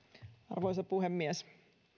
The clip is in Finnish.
arvoisa puhemies